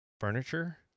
furniture